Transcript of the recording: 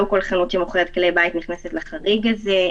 לא כל חנות שמוכרת כלי בית נכנסת לחריג הזה.